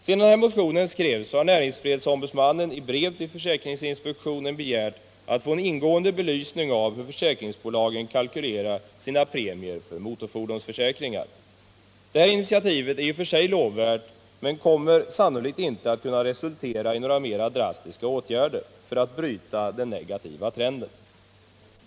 Sedan motionen skrevs har näringsfrihetsombudsmannen i brev till försäkringsinspektionen begärt att få en ingående belysning av hur försäkringsbolagen kalkylerar sina premier för motorfordonsförsäkringar. Detta initiativ är i och för sig lovvärt men kommer sannolikt inte att kunna resultera i några mer drastiska åtgärder för att bryta den negativa trenden.